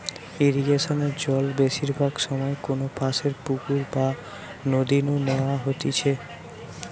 ইরিগেশনে জল বেশিরভাগ সময় কোনপাশের পুকুর বা নদী নু ন্যাওয়া হইতেছে